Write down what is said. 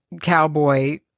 cowboy